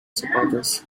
supporters